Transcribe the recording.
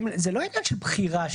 זה לא עניין של בחירה שלכם.